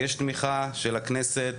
יש תמיכה של הכנסת,